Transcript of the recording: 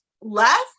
left